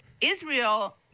Israel